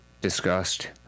discussed